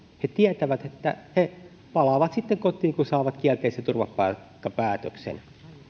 he tietävät että he palaavat sitten kotiin kun saavat kielteisen turvapaikkapäätöksen